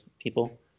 people